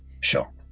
Sure